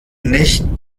nicht